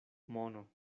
mono